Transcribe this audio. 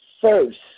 first